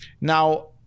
Now